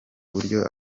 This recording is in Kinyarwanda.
buryo